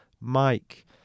Mike